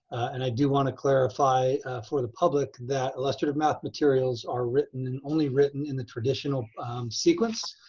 and i do want to clarify for the public that illustrative math materials are written, and only written in the traditional sequence,